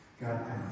God